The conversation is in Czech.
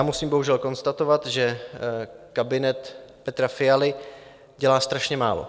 Musím bohužel konstatovat, že kabinet Petra Fialy dělá strašně málo.